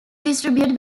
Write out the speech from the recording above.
distribute